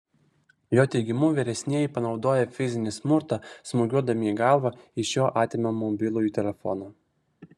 jo teigimu vyresnieji panaudoję fizinį smurtą smūgiuodami į galvą iš jo atėmė mobilųjį telefoną